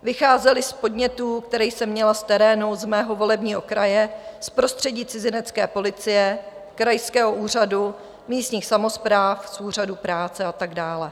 Vycházely z podnětů, které jsem měla z terénu z mého volebního kraje, z prostředí cizinecké policie, krajského úřadu, místních samospráv, z úřadu práce a tak dále.